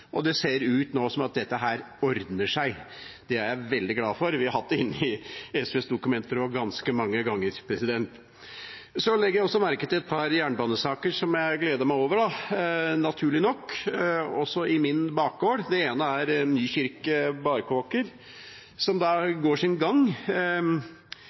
og det ser nå ut til at dette her ordner seg. Det er jeg veldig glad for. Vi har også hatt det inne i SVs dokumenter ganske mange ganger. Jeg legger også merke til et par jernbanesaker som jeg gleder meg over, naturlig nok, også i min bakgård. Den ene er